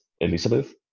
Elizabeth